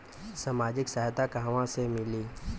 सामाजिक सहायता कहवा से मिली?